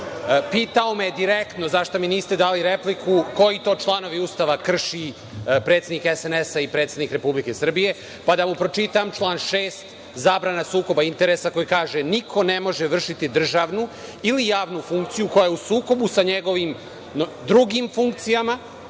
Pitao me je direktno za šta mi niste dali repliku. Koje to članovi Ustava krši predsednik SNS i predsednik Republike Srbije, pa da mu pročitam član 6. – zabrana sukoba interesa koji kaže – niko ne može vršiti državnu ili javnu funkciju, koja je u sukobu sa njegovim drugim funkcijama,